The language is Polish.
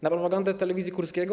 Na propagandę telewizji Kurskiego?